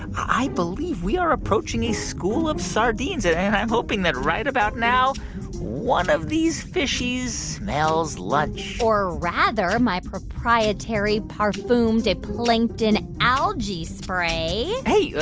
i believe we are approaching a school of sardines. and and i'm hoping that right about now one of these fishies smells lunch or rather, my proprietary parfum de plankton algae spray hey,